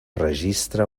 registre